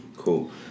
Cool